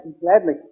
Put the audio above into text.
Gladly